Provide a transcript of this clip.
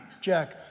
Jack